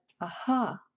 Aha